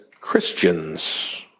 Christians